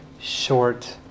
short